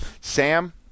Sam